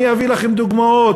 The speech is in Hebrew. אני אביא לכם דוגמאות.